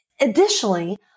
additionally